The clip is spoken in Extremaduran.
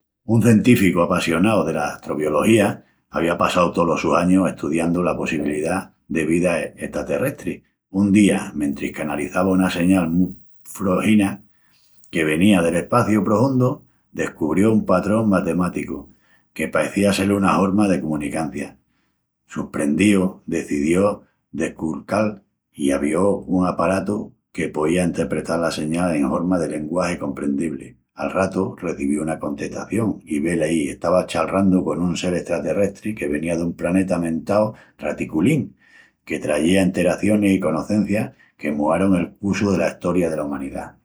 Un centíficu apassionau dela astrobiología, avía passau tolos sus añus estudiandu la possibilidá de vida estaterrestri. Un día, mentris qu'analizava una señal mu froxina que venía del espaciu prohundu, descubrió un patrón matemáticu que paecía sel una horma de comunicancia. Susprendíu, decedió d'esculcal i avió un aparatu que poía entrepetal la señal en horma de lenguagi comprendibli. Al ratu, recebió una contestación i velaí estava chalrandu con un sel estaterrestri que venía dun praneta mentau Raticulín, que trayía enteracionis i conocencias que muarun el cussu dela estoria dela umanidá.